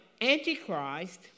Antichrist